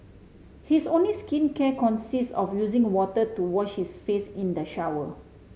his only skincare consists of using water to wash his face in the shower